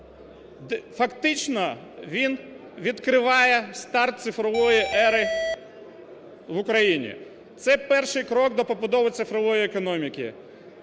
фактично він відкриває старт цифрової ери в Україні, це перший крок до побудови цифрової економіки.